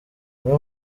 imwe